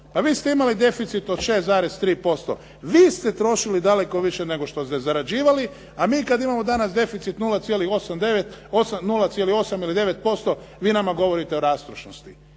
Pa vi ste imali deficit od 6,3%. Vi ste trošili daleko više nego što ste zarađivali. A mi kad imamo danas deficit 0,8 devet, 0,8 ili 9% vi nama govorite o rastrošnosti.